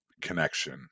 connection